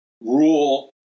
rule